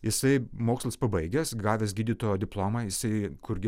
jisai mokslus pabaigęs gavęs gydytojo diplomą jisai kurgi